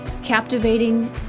Captivating